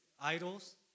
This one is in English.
idols